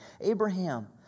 Abraham